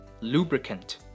Lubricant